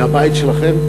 מהבית שלכם,